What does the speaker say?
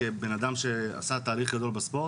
כבן אדם שעשה תהליך גדול בספורט,